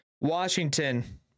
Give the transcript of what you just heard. Washington